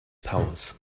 powers